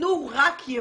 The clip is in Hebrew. ויקנו רק יבוא,